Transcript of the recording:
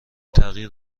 تغییر